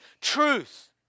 truth